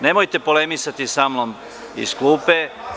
Nemojte polemisati sa mnom iz klupe.